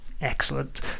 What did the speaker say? Excellent